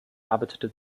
arbeitete